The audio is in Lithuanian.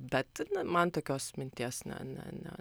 bet man tokios minties ne ne ne